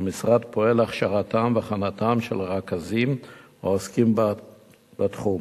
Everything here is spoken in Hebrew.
והמשרד פועל להכשרתם והכנתם של הרכזים העוסקים בתחום.